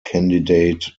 candidate